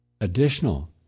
additional